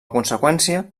conseqüència